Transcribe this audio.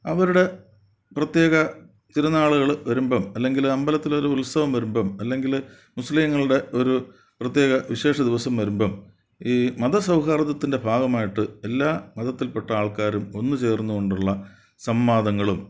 അവരുടെ പ്രത്യേക തിരുനാളുകൾ വരുമ്പം അല്ലെങ്കിൽ അമ്പലത്തിലൊരു ഉത്സവം വരുമ്പം അല്ലെങ്കിൽ മുസ്ലീങ്ങളുടെ ഒരു പ്രത്യേക വിശേഷ ദിവസം വരുമ്പം ഈ മത സൗഹാർദ്ദത്തിൻ്റെ ഭാഗമായിട്ട് എല്ലാ മതത്തിൽപ്പെട്ട ആൾക്കാരും ഒന്നുചേർന്നുകൊണ്ടുള്ള സംവാദങ്ങളും